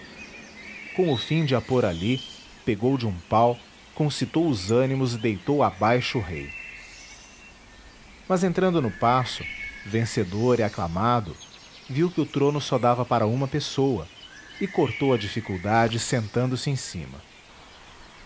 com o fim de a pôr ali pegou de um pau concitou os ânimos e deitou abaixo o rei mas entrando no paço vencedor e aclamado viu que o trono só dava para uma pessoa e cortou a dificuldade sentando-se em cima